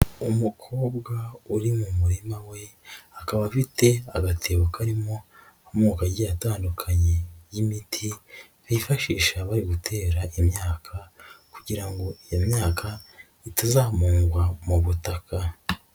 Umukobwa uri mu murima we, akaba afite agatebo karimo amoko agiye atandukanye y'imiti, bifashisha bari gutera imyaka kugira ngo iyo myaka itazamungwa mu butaka.